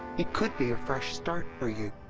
it could be fresh start for you.